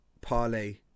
parlay